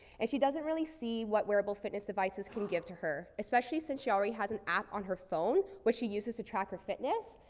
and she doesn't really see what wearable fitness devices can give to her, especially since she already has an app on her phone, which she uses to track her fitness.